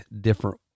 different